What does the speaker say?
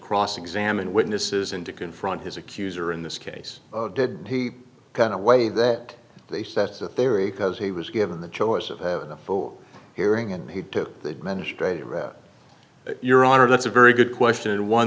cross examine witnesses and to confront his accuser in this case did he kind of way that they set the theory because he was given the choice of a full hearing and he took the administrative road your honor that's a very good question and one